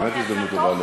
זה באמת הזדמנות טובה,